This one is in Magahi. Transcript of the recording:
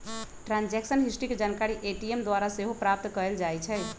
ट्रांजैक्शन हिस्ट्री के जानकारी ए.टी.एम द्वारा सेहो प्राप्त कएल जाइ छइ